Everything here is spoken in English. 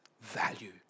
value